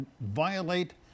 violate